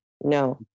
no